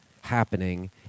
happening